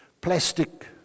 plastic